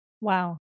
Wow